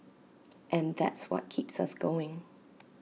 and that's what keeps us going